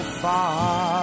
far